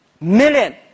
million